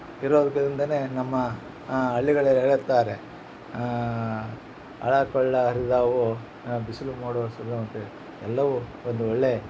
ಇರೋದ್ಕಿಂದ ನಮ್ಮ ಹಳ್ಳಿಗಳಲ್ಲಿ ಹೇಳುತಾರೆ ಹಳ ಕೊಳ್ಳ ಹರಿದಾವು ಬಿಸಿಲು ಮೋಡವ ಸುರಿಯುವಂತೆ ಎಲ್ಲವು ಒಂದು ಒಳ್ಳೇ